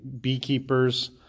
beekeepers